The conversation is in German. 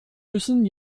müssen